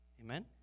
Amen